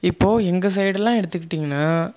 இப்போது எங்கள் சைடெல்லாம் எடுத்துக்கிட்டிங்கன்னால்